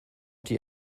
die